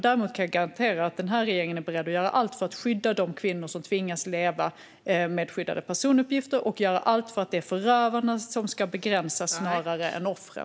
Däremot kan jag garantera att regeringen är beredd att göra allt för att skydda de kvinnor som tvingas leva med skyddade personuppgifter och göra allt för att det är förövarna som ska begränsas snarare än offren.